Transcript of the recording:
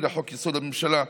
לחוק-יסוד: הממשלה,